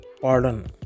pardon